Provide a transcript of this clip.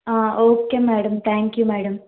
ఆ okay madam thank you madam